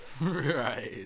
Right